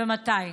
אם כן, מתי?